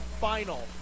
final